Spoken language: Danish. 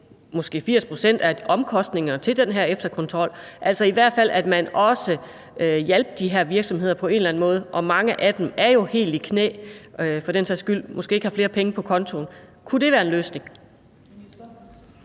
måske 80 pct. af omkostningerne til den her efterkontrol, altså at man i hvert fald også hjalp de her virksomheder på en eller anden måde? Mange af dem er jo helt i knæ og har for den sags skyld måske ikke flere penge på kontoen. Kunne det være en løsning?